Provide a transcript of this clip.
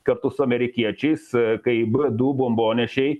kartu su amerikiečiais kaip du bombonešiai